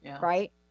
right